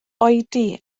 oedi